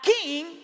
king